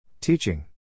Teaching